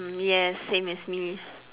mm yes same as me